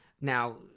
Now